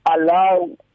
allow